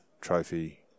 trophy